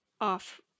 off